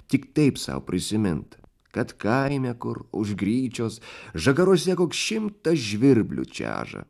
tik taip sau prisimint kad kaime kur už gryčios žagaruose koks šimtas žvirblių čeža